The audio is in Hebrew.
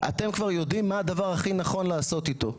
אתם כבר יודעים מה הדבר הכי נכון לעשות איתו.